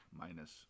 minus